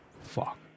Fuck